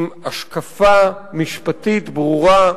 עם השקפה משפטית ברורה,